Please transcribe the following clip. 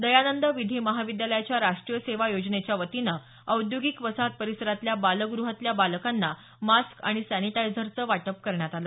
दयानंद विधी महाविद्यालयाच्या राष्ट्रीय सेवा योजनेच्या वतीनं औद्योगिक वसाहत परिसरातल्या बालगृहातल्या बालकांना मास्क आणि सॅनिटायझरचं वाटप करण्यात आलं